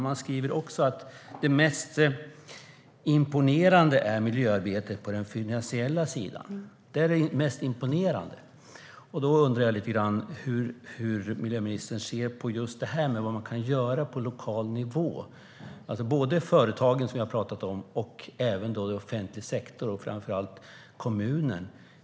Man skriver också att det mest imponerande är miljöarbetet på den finansiella sidan. Då undrar jag lite grann hur miljöministern ser på vad man kan göra på lokal nivå. Det gäller företagen, som jag har pratat om, men också offentlig sektor och framför allt kommunen.